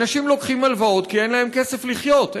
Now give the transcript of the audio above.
אנשים לוקחים הלוואות כי אין להם כסף לחיות,